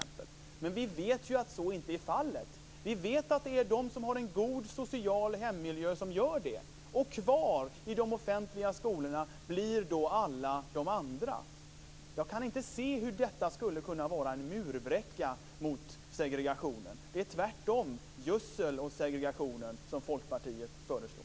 Men vi vet att så inte är fallet. Vi vet att det är de som har en god social hemmiljö som gör det. Var i de offentliga skolorna blir alla de andra? Jag kan inte se hur detta skulle kunna vara en murbräcka mot segregationen. Det är tvärtom gödsel åt segregationen som Folkpartiet föreslår.